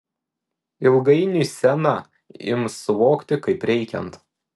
ilgainiui sceną ims suvokti kaip reikiant